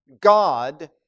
God